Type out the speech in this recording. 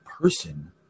person